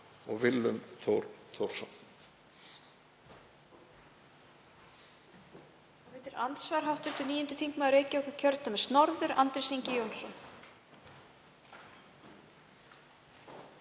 og Willum Þór Þórsson.